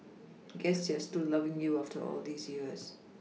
guess they are still loving you after all these years